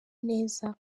neza